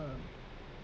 a